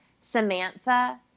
Samantha